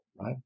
Right